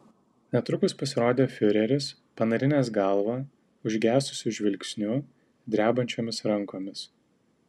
netrukus pasirodė fiureris panarinęs galvą užgesusiu žvilgsniu drebančiomis rankomis